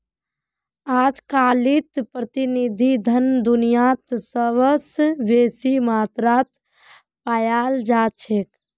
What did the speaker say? अजकालित प्रतिनिधि धन दुनियात सबस बेसी मात्रात पायाल जा छेक